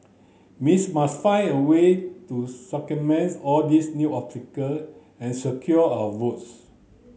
Miss must find a way to all these new obstacle and secure our votes